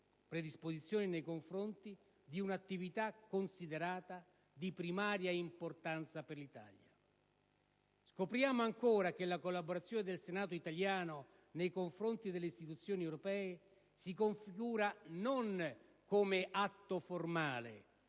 europea, nei confronti di un'attività considerata di primaria importanza per l'Italia. Scopriamo ancora che la collaborazione del Senato italiano nei confronti delle istituzioni europee si configura non come atto formale,